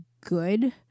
good